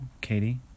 Katie